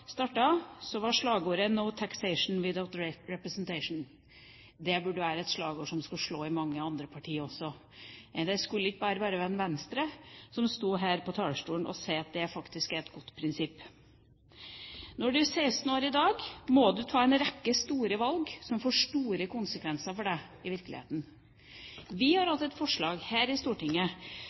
var slagordet «no taxation without representation». Det burde være et slagord som kunne slå an i mange andre partier også. Det burde ikke bare være Venstre som står her på talerstolen og sier at det faktisk er et godt prinsipp. Når man er 16 år i dag, må man ta en rekke store valg som får store konsekvenser for en i virkeligheten. Vi har hatt et forslag her i Stortinget